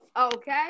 okay